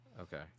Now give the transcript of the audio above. Okay